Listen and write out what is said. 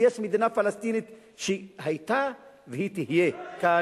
ויש מדינה פלסטינית שהיא היתה והיא תהיה כאן.